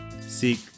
seek